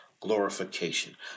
glorification